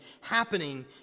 happening